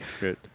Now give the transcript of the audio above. Good